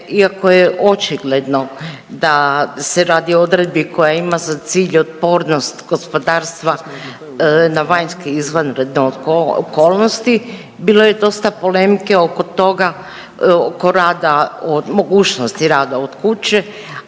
iako je očigledno da se radi o odredbi koja ima za cilj otpornost gospodarstva na vanjske izvanredne okolnosti bilo je dosta polemike oko toga, oko rada,